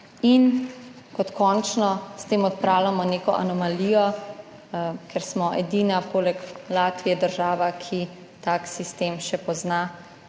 In kot končno, s tem odpravljamo neko anomalijo, ker smo edina država poleg Latvije, ki tak sistem še pozna.